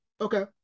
Okay